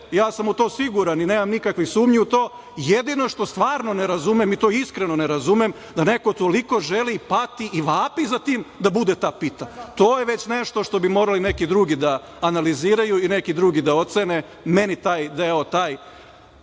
ja sam u to siguran i nemam nikakve sumnje u to. Jedino što stvarno ne razumem i to iskreno ne razumem da neko toliko želi pati i vapi za tim da bude ta pita. To je već nešto što bi morali neki drugi da analiziraju i neki drugi da ocene. Meni taj deo, taj